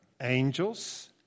angels